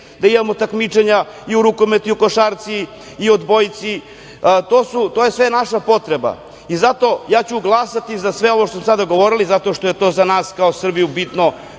da imamo takmičenja i u rukometu i u košarci i odbojci. To je sve naša potreba. Zato ću glasati za sve ovo o čemu smo sada govorili, zato što je to za nas kao Srbiju bitno